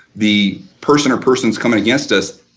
the person or persons coming against us,